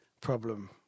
problem